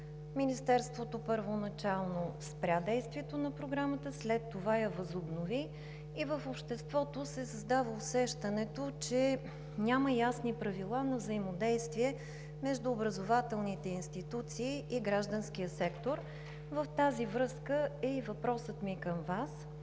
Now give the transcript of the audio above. Министерството първоначално спря действието на Програмата, а след това я възобнови и в обществото се създава усещането, че няма ясни правила на взаимодействие между образователните институции и гражданския сектор. В тази връзка е и въпросът ми към Вас: